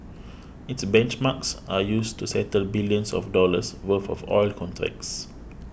its benchmarks are used to settle billions of dollars worth of oil contracts